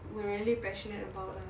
we were really passionate about lah